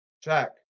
Check